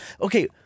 Okay